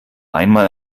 einmal